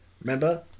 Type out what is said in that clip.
Remember